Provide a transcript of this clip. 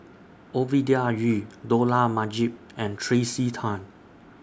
Ovidia Yu Dollah Majid and Tracey Tan